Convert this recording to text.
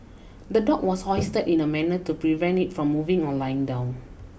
the dog was hoisted in a manner to prevent it from moving or lying down